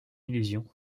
illusion